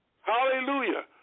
Hallelujah